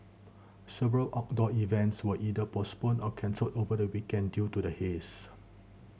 several outdoor events were either postponed or cancelled over the weekend due to the haze